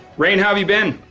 rainn, have you been?